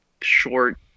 short